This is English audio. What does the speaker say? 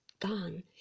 gone